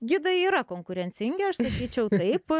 gidai yra konkurencingi aš sakyčiau taip